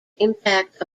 impact